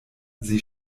sie